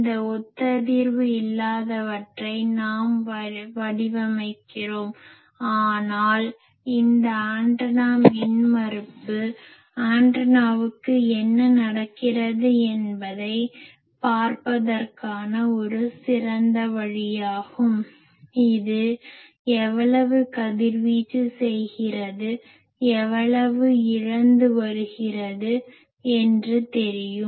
இந்த ஒத்ததிர்வு இல்லாதவற்றை நாம் வடிவமைக்கிறோம் ஆனால் இந்த ஆண்டனா மின்மறுப்பு ஆண்டனாவுக்கு என்ன நடக்கிறது என்பதைப் பார்ப்பதற்கான ஒரு சிறந்த வழியாகும் இது எவ்வளவு கதிர்வீச்சு செய்கிறது எவ்வளவு இழந்து வருகிறது என்று தெரியும்